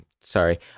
Sorry